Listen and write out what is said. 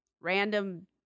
random